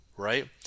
right